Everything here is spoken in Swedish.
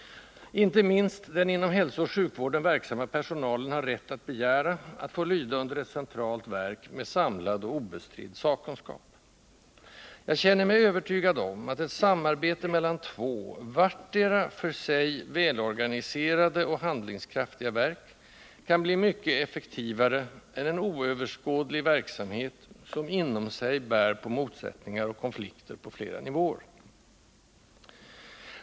Inte minst den inom hälsooch sjukvården verksamma personalen har rätt att begära att få lyda under ett centralt verk med samlad och obestridd sakkunskap. Jag känner mig övertygad om att ett samarbete mellan två, vartdera för sig välorganiserade och handlingskraftiga verk kan bli mycket effektivare än en oöverskådlig verksamhet, som inom sig bär på motsättningar och konflikter på flera nivåer.